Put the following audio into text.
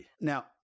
Now